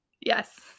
Yes